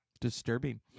Disturbing